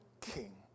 king